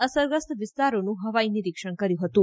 અસરગ્રસ્ત વિસ્તારોનું હવાઇ નિરીક્ષણ કર્યું હતું